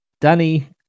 Danny